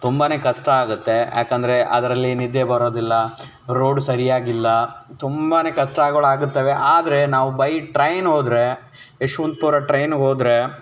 ತುಂಬನೇ ಕಷ್ಟ ಆಗುತ್ತೆ ಯಾಕೆಂದ್ರೆ ಅದರಲ್ಲಿ ನಿದ್ದೆ ಬರೋದಿಲ್ಲ ರೋಡು ಸರಿಯಾಗಿಲ್ಲ ತುಂಬನೇ ಕಷ್ಟಗಳಾಗುತ್ತವೆ ಆದರೆ ನಾವು ಬೈ ಟ್ರೈನ್ ಹೋದ್ರೆ ಯಶ್ವಂತಪುರ ಟ್ರೈನ್ಗೆ ಹೋದ್ರೆ